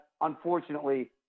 unfortunately